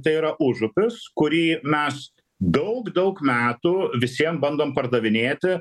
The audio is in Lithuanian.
tai yra užupis kurį mes daug daug metų visiem bandom pardavinėti